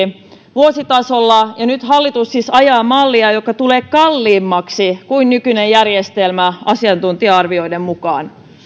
vuositasolla ja nyt hallitus siis ajaa mallia joka tulee kalliimmaksi kuin nykyinen järjestelmä asiantuntija arvioiden mukaan